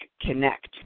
connect